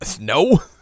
no